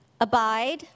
Abide